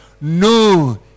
No